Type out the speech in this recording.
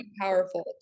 powerful